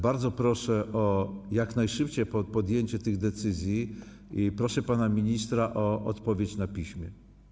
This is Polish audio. Bardzo proszę o jak najszybsze podjęcie tych decyzji i proszę pana ministra o odpowiedź na piśmie.